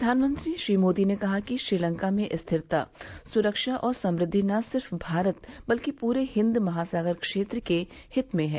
प्रधानमंत्री मोदी ने कहा कि श्रीलंका में स्थिरता सुरक्षा और समृद्धि न सिर्फ भारत बल्कि पूरे हिन्द महासागर क्षेत्र के हित में है